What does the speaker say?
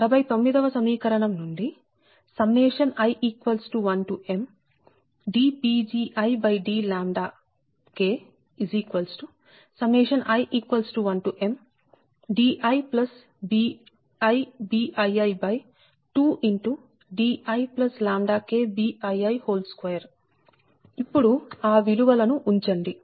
69 వ సమీకరణం నుండి i1mdPgidλi1mdibiBii2diKBii2 ఇప్పుడు ఆ విలువలను ఉంచండి